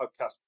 podcast